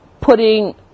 putting